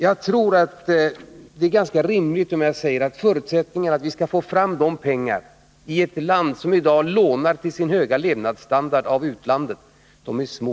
Jag tror att det är rimligt att säga att förutsättningarna för att vi skall få fram de pengarna i det här landet, som i dag lånar av utlandet till sin höga levnadsstandard, är försvinnande små.